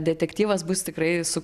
detektyvas bus tikrai su